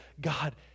God